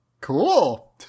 cool